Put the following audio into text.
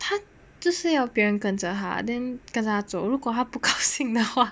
他就是要别人跟着 then 跟他走如果他不高兴的话